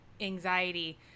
anxiety